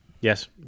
Yes